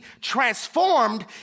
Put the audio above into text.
transformed